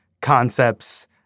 concepts